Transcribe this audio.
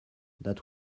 that